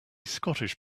scottish